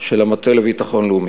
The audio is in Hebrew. של המטה לביטחון לאומי,